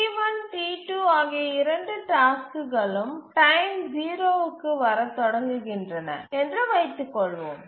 T1 T2 ஆகிய இரண்டு டாஸ்க்குகளும் நேரம் 0 க்கு வரத் தொடங்குகின்றன என்று வைத்துக் கொள்வோம்